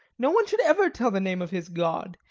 no one should ever tell the name of his god.